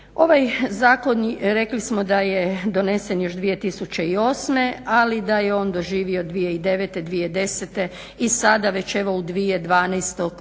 Ovaj zakon rekli smo da je donesen još 2008., ali da je on doživio 2009., 2010. i sada već evo u 2012.